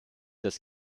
das